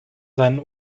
seinen